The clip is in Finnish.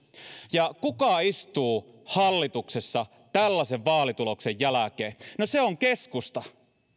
ja kuka istuu hallituksessa tällaisen vaalituloksen jälkeen no se on keskusta